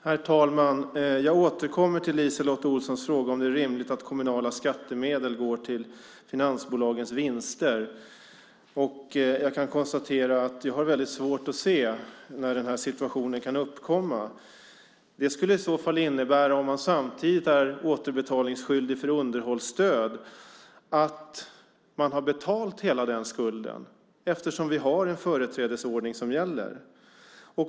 Herr talman! Jag återkommer till LiseLotte Olssons fråga om det är rimligt att kommunala skattemedel går till finansbolagens vinster. Jag kan konstatera att jag har svårt att se när denna situation kan uppkomma. Det skulle i så fall innebära om man samtidigt är återbetalningsskyldig för underhållsstöd att man har betalat hela den skulden eftersom vi har en företrädesordning som gäller.